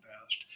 past